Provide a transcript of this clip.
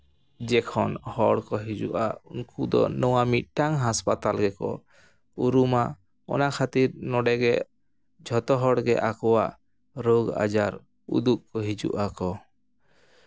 ᱡᱚᱠᱷᱚᱱ ᱦᱚᱲ ᱠᱚ ᱦᱤᱡᱩᱜᱼᱟ ᱩᱱᱠᱩ ᱫᱚ ᱱᱚᱣᱟ ᱢᱤᱫᱴᱟᱝ ᱦᱟᱥᱯᱟᱛᱟᱞ ᱜᱮᱠᱚ ᱩᱨᱩᱢᱟ ᱚᱱᱟ ᱠᱷᱟᱹᱛᱤᱨ ᱱᱚᱰᱮ ᱜᱮ ᱡᱷᱚᱛᱚ ᱦᱚᱲᱜᱮ ᱟᱠᱚᱣᱟᱜ ᱨᱳᱜᱽ ᱟᱡᱟᱨ ᱩᱫᱩᱜ ᱠᱚ ᱦᱤᱡᱩᱜ ᱟᱠᱚ